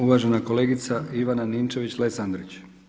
Uvažena kolegica Ivana Ninčević-Lesandrić.